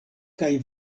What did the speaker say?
kaj